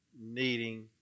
needing